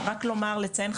רק לציין,